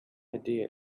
idea